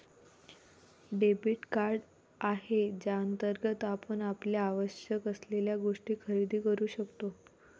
debit card आहे ज्याअंतर्गत आपण आपल्याला आवश्यक असलेल्या गोष्टी खरेदी करू शकतो